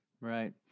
Right